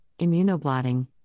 immunoblotting